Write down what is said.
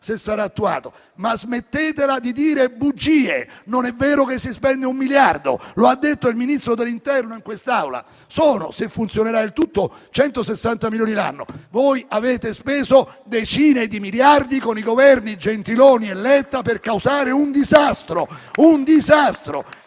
ma smettetela di dire bugie. Non è vero che si spende un miliardo. Ha detto il Ministro dell'interno in quest'Aula che, se funzionerà il tutto, si tratta di 160 milioni di euro l'anno. Voi avete speso decine di miliardi con i Governi Gentiloni e Letta per causare un disastro.